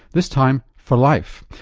this time for life,